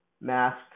mask